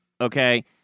Okay